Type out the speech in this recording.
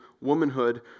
womanhood